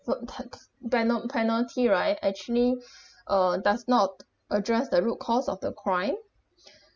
benal~ penalty right actually uh does not address the root cause of the crime